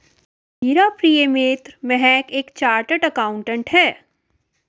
मेरी प्रिय मित्र महक एक चार्टर्ड अकाउंटेंट है